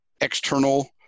external